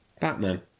Batman